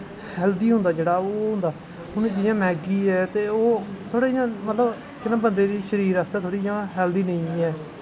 healthy होंदा जेह्ड़ा ओह् होंदा हून जि'यां मैह्गी ऐ ते ओह् बंदे दे शरीर आस्तै इ'यां ठीक नेई ऐ